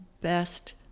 best